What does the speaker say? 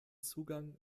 zugang